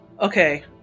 Okay